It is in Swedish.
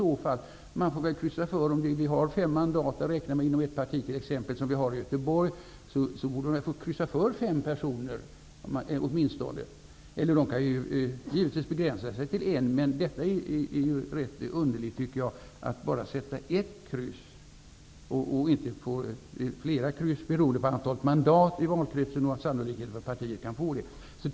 Om man inom ett parti har exempelvis fem mandat att räkna med, som är fallet i Göteborg, borde ju väljarna få kryssa för åtminstone fem personer, även om de givetvis kan begränsa det till en. Jag tycker att det är rätt underligt att man bara får sätta ett kryss och inte flera, beroende på det antal mandat som partiet sannolikt kan få i valkretsen.